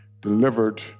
delivered